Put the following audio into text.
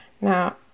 Now